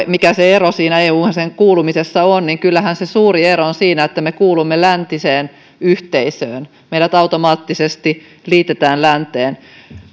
mikä se ero siihen euhun kuulumisessa on niin kyllähän se suuri ero on siinä että me kuulumme läntiseen yhteisöön meidät automaattisesti liitetään länteen